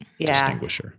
distinguisher